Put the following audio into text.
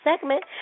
segment